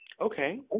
Okay